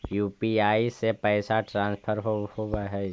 UPI से पैसा transfer होवहै?